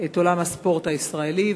את עולם הספורט הישראלי,